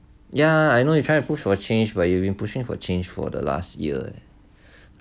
ya I know you trying to push for change but you've been pushing for change for the last year